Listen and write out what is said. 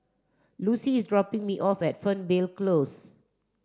Lucie is dropping me off at Fernvale Close